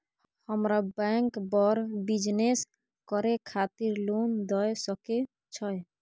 हमरा बैंक बर बिजनेस करे खातिर लोन दय सके छै?